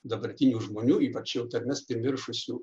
dabartinių žmonių ypač šiaip tarmes primiršusių